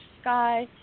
sky